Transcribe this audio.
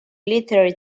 literary